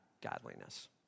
godliness